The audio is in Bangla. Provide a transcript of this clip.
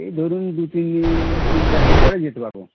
এই ধরুন দু তিন দিন তিন চার দিন পরে যেতে পারব